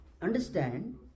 understand